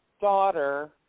daughter